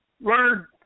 learn